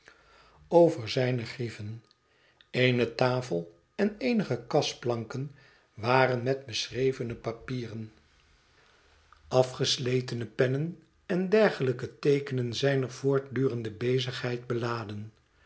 over zijne grieven eene tafel en eenige kasplanken waren met beschrevene papieren afgesletene pennen en dergelijke teekenen zijner voortdurende bezigheid beladen